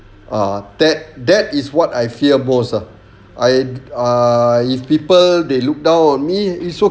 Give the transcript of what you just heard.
ah that that is what I fear most ah I uh if people they look down on me it's okay